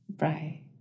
Right